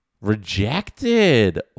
Rejected